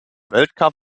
weltcup